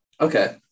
Okay